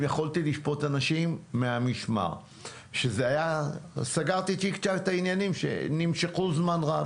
יכולתי לשפוט אנשים מהמשמר וסגרתי צ'יק צ'אק את העניינים שנמשכו זמן רב.